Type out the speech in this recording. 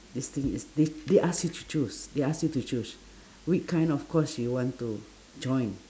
this thing is th~ they ask you to choose they ask you to choose which kind of course you want to join